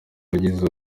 wagize